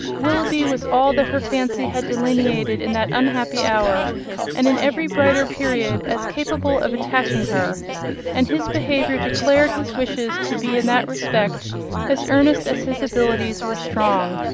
willoughby was all that her fancy had delineated in that unhappy hour and in every brighter period, as capable of attaching her and his behaviour declared his wishes to be in that respect as earnest, as his abilities were strong.